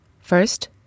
First